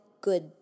good